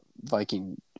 Viking